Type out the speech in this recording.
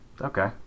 Okay